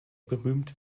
berühmt